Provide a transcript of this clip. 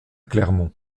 clermont